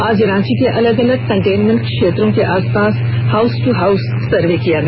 आज रांची के अलग अलग कंटेन्मेंट क्षेत्रों के आस पास हाउस दू हाउस सर्वे किया गया